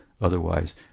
otherwise